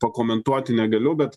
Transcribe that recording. pakomentuoti negaliu bet